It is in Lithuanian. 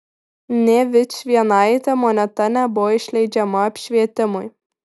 nė vičvienaitė moneta nebuvo išleidžiama apšvietimui